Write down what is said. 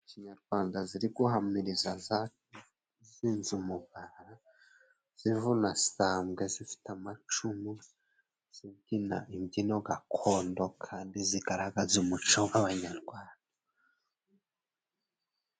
Kinyarwanda ziri guhamiriza zasinze umugara zivuna sambwe, zifite amacumu, zibyina imbyino gakondo kandi zigaragaza umuco w'abanyarwanda.